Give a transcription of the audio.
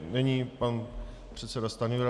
Nyní pan předseda Stanjura.